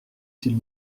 s’il